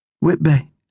Whitby